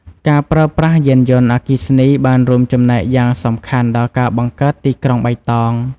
ការប្រើប្រាស់យានយន្តអគ្គិសនីបានរួមចំណែកយ៉ាងសំខាន់ដល់ការបង្កើតទីក្រុងបៃតង។